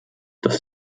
das